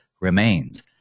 remains